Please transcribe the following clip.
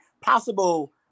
possible